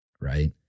Right